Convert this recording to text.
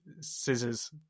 scissors